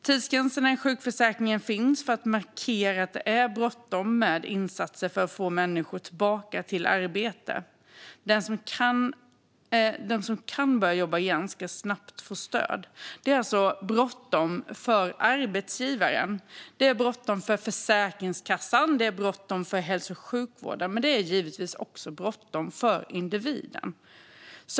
Tidsgränserna i sjukförsäkringen finns för att markera att det är bråttom med insatser för att få människor tillbaka till arbete. Den som kan börja jobba igen ska få stöd snabbt. Det är bråttom för arbetsgivaren, för Försäkringskassan och för hälso och sjukvården, men det är givetvis också bråttom för individen.